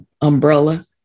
umbrella